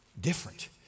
different